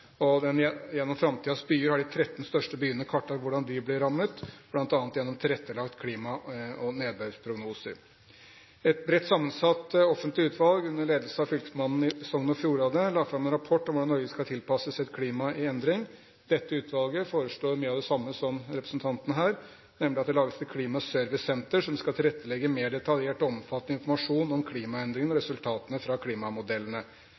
Gjennom Framtidens byer har de tretten største byene kartlagt hvordan de blir rammet, bl.a. gjennom tilrettelagte klima- og nedbørsprognoser. Et bredt sammensatt offentlig utvalg under ledelse av fylkesmannen i Sogn og Fjordane la fram en rapport om hvordan Norge skal tilpasse seg sitt klima i endring. Dette utvalget foreslår mye av det samme som representanten her, nemlig at det lages et klimaservicesenter som skal tilrettelegge mer detaljert og omfattende informasjon om klimaendringene og resultatene fra klimamodellene.